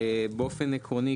באופן עקרוני,